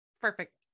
Perfect